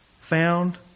Found